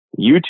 YouTube